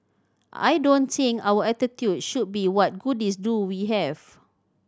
I don't think our attitude should be what goodies do we have